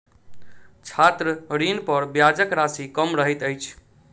छात्र ऋणपर ब्याजक राशि कम रहैत अछि